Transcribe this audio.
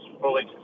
fully